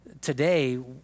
Today